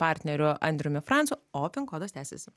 partneriu andriumi francu o pin kodas tęsiasi